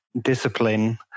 discipline